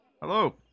Hello